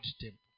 temple